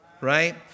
right